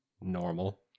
normal